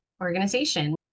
organization